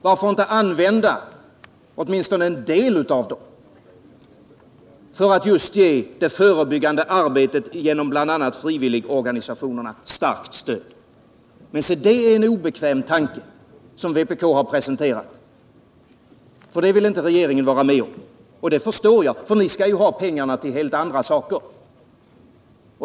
Varför inte använda åtminstone en del av dessa pengar för att just ge det förebyggande arbetet genom bl.a. frivilligorganisationerna starkt stöd? Men se det är en obekväm tanke som vpk har presenterat. Och den vill regeringen inte ställa upp på, vilket jag förstår. Ni skall ju ha pengarna till helt andra saker.